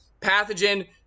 pathogen